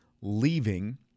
leaving